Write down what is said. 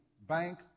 bank